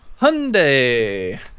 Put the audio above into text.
Hyundai